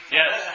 yes